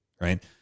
right